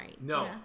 No